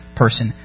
person